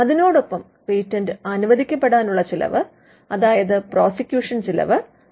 അതിനോടൊപ്പം പേറ്റന്റ് അനിവദിക്കപ്പെടാനുള്ള ചിലവ് അതായത് പ്രോസിക്യൂഷൻ ചിലവ് ഉണ്ട്